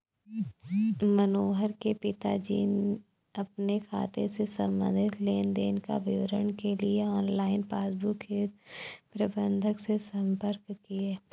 मनोहर के पिताजी अपने खाते से संबंधित लेन देन का विवरण के लिए ऑनलाइन पासबुक हेतु प्रबंधक से संपर्क किए